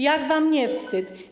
Jak wam nie wstyd?